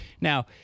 Now